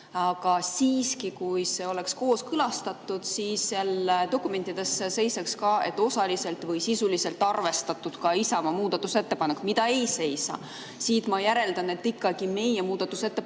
Aga siiski, kui see oleks kooskõlastatud, siis seal dokumentides seisaks ka, et osaliselt või sisuliselt on arvestatud ka Isamaa muudatusettepanekut. Aga seda seal ei seisa. Siit ma järeldan, et ikkagi meie muudatusettepanek